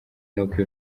n’uko